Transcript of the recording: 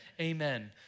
Amen